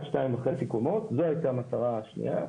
זו הייתה המטרה השנייה.